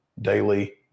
daily